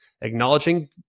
acknowledging